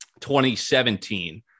2017